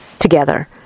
together